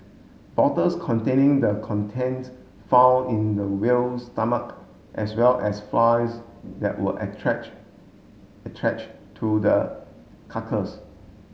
bottles containing the contents found in the whale's stomach as well as flies that were to the carcass